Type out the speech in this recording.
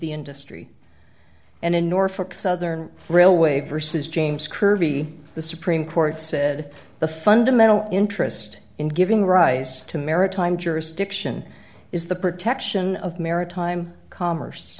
the industry and in norfolk southern railway versus james curvey the supreme court said the fundamental interest in giving rise to maritime jurisdiction is the protection of maritime commerce